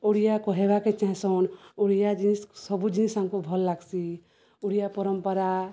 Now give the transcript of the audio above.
ଓଡ଼ିଆ କହେବାକେ ଚାହିଁସନ୍ ଓଡ଼ିଆ ଜିନିଷ ସବୁ ଜିନିଷ ଆମକୁ ଭଲ୍ ଲାଗ୍ସି ଓଡ଼ିଆ ପରମ୍ପରା